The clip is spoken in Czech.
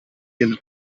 jen